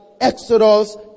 exodus